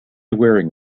wearing